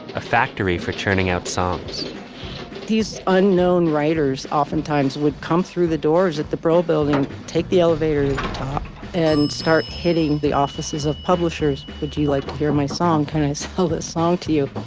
a factory for churning out songs these unknown writers oftentimes would come through the doors at the brill building, take the elevator top and start hitting the offices of publishers. would you like to hear my song kind of has held this song to you.